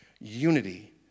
Unity